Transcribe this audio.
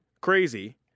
crazy